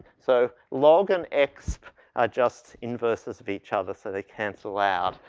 so log on exp are just inverses of each other, so they cancel out.